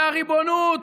והריבונות,